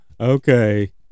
Okay